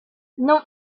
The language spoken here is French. non